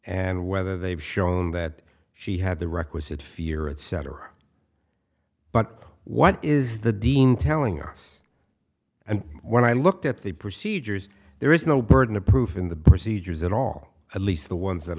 and whether they've shown that she had the requisite fear etc but what is the dean telling us and when i looked at the procedures there is no burden of proof in the procedures at all at least the ones that